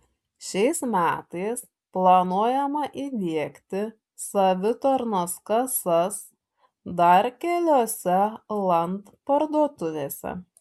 šiais metais planuojama įdiegti savitarnos kasas dar keliose land parduotuvėse